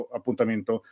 appuntamento